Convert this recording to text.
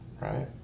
Right